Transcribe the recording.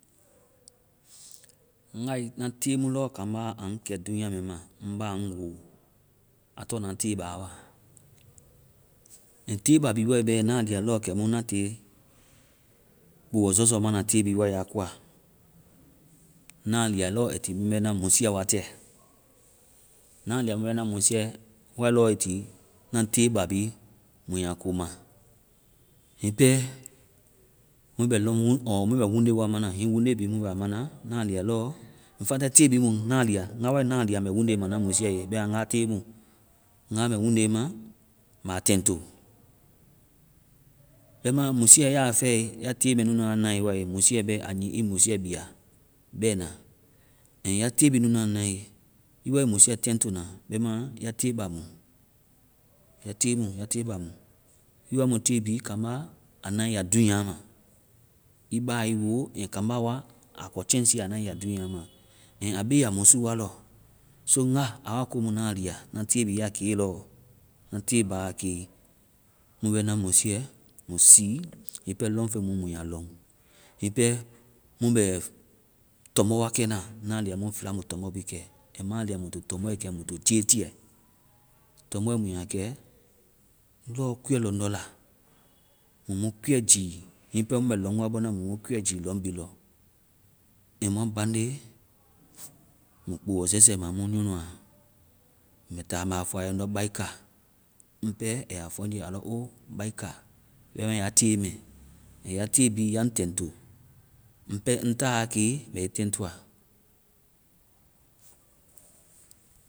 Ngae na te mu lɔ kambá aa ŋ kɛ dúunya mɛɛ ma, ŋ ba a ŋ woo, a tɔŋ ŋna tée ba wa. And tée ba bhii wae bɛɛ ŋna lia lɔ kɛmu ŋna tie kpoɔ zɔzɔ mana tée bhii wae a koa. Ŋna lia lɔ ai ti mu bɛ ŋna musiiɛ wa tɛ. Na lia mu bɛ na musiiɛ, kuɛ lɔ ai ti na te ba bi mu ya ko ma. Hiŋi pɛ mu bɛ lomu ɔɔ mu bɛ wuunde wa ma na. Hiŋi wuunde bhii mu bɛ a mana. na lia lɔ in fact self tée bhii mu ŋna lia. Ŋga wae, ŋna lia mbɛ wuunde ma ŋna musiiɛ ye. Bɛma nga wa te mu. Nga wa bɛ wuunde ma mbɛ aa tɛŋto. Bɛma musiiɛ ya fɛe, ya te mɛ nunu a nae wae, musiiɛ bɛ, a nyii ii musiiɛ bia bɛna. And ya tée bhii nunu a nae, ii wai musiiɛ tɛŋto na bɛma ya tée ba mu. Ya te mu! Ya te ba mu. Ii wa mu te bi, kambá, aa na ii ya dunya ma. Ii ba aa ii wo and kambá wa kɔ chansii aa na ii ya dúunya ma. And aa beya musu wa lɔ. so ŋga, a wa komu ŋna lia. Na te bi a ke lɔ, na te ba aa ke, mu bɛ na musiiɛ mui sii. Hiŋi pɛ lɔŋfeŋ mu, mui a lɔŋ. Hiŋi pɛ mu bɛ tɔmbɔ wa kɛna, na lia mu fla mui mui tɔmbɔ bi kɛ. Kɛ ma lia mui to tɔmbɔɛ kɛ mui to jetiɛ. Tɔmbɔɛ mu ya kɛ lɔ kuuɛ lɔŋdɔ la. Mui mu kuuɛ gii. Hiŋi pɛ mu bɛ lɔŋ wa bɔna, muii mu kúuɛ gii lɔŋ bhii lɔ. And mua bande, mui kpowɔ zɔzɔ ma mu nyɔnu a. Mɛ ta mɛ a fɔ a ye ndo, baika. Ŋpɛɛ, a ya fɔ ŋje, alɔ o, baika. Bɛma ya te mɛ. And ya te bi, ya ŋ tɛŋto. Ŋ pɛ ŋ taa ke, mɛ ii tɛŋtoa.